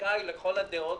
שזכאי לכל הדעות,